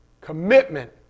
Commitment